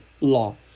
law